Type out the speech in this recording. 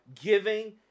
giving